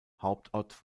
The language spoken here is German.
hauptort